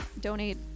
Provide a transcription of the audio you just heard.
donate